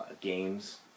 games